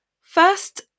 First